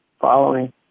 following